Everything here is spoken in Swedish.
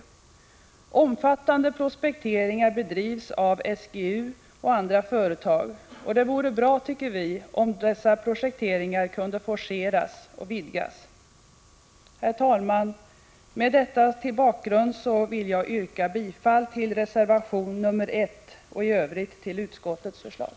Omfattande prospekteringar bedrivs av SG AB och andra företag. Det vore bra om dessa projekteringar kunde forceras och vidgas. Herr talman! Med detta som bakgrund vill jag yrka bifall till reservation nr 1 och i övrigt till utskottets förslag.